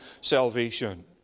salvation